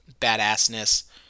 badassness